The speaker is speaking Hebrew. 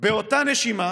באותה נשימה